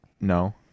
no